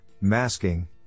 masking